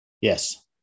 Yes